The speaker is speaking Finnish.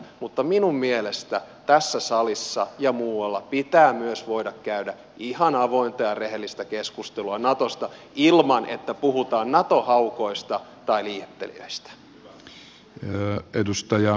mutta minun mielestäni tässä salissa ja muualla pitää myös voida käydä ihan avointa ja rehellistä keskustelua natosta ilman että puhutaan nato haukoista tai liehittelijoistä